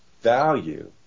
value